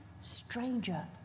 stranger